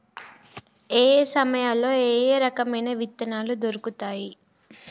ఏయే సమయాల్లో ఏయే రకమైన విత్తనాలు దొరుకుతాయి?